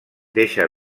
deixa